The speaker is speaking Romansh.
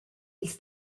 ils